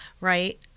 right